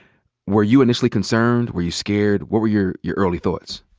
were you initially concerned, were you scared? what were your your early thoughts?